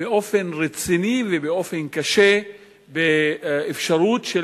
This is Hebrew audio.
באופן רציני ובאופן קשה באפשרות של